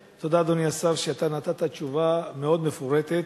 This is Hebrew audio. תודה, אדוני השר, אתה נתת תשובה מאוד מפורטת.